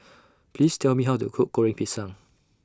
Please Tell Me How to Cook Goreng Pisang